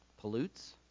pollutes